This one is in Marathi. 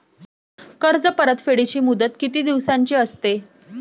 कर्ज परतफेडीची मुदत किती दिवसांची असते?